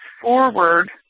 forward